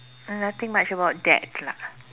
nothing much about that lah